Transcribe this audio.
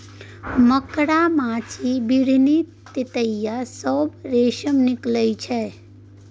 मकड़ा, माछी, बिढ़नी, ततैया सँ रेशम निकलइ छै